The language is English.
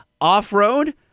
off-road